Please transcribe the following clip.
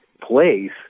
place